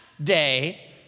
Day